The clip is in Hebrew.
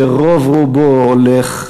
שרוב רובו הולך,